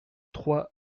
trois